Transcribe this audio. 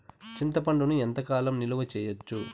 చింతపండును ఎంత కాలం నిలువ చేయవచ్చు?